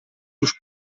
już